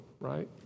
right